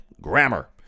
grammar